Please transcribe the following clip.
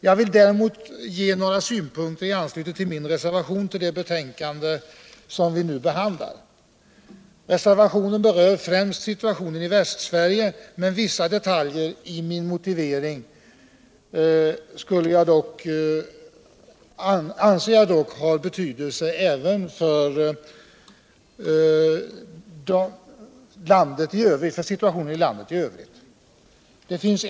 Jag vill däremot anföra några synpunkter i anledning av min reservation till det betänkande som vi nu behandlar. Reservationen berör främst situationen i Västsverige, men vissa detaljer i min motivering anser jag dock ha betydelse även för situationen i landet i övrigt.